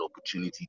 opportunity